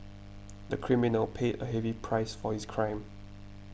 the criminal paid a heavy price for his crime